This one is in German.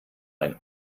ein